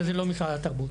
וזה לא משרד התרבות.